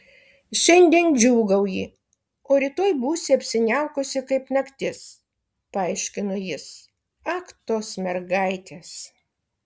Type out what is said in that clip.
šiandien džiūgauji o rytoj būsi apsiniaukusi kaip naktis paaiškino jis ak tos mergaitės